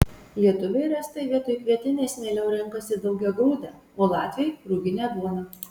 lietuviai ir estai vietoj kvietinės mieliau renkasi daugiagrūdę o latviai ruginę duoną